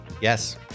Yes